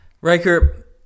Riker